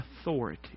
Authority